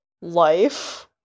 life